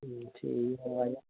ठीक ऐ